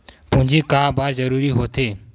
पूंजी का बार जरूरी हो थे?